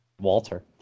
Walter